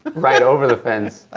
but right over the fence.